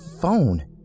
phone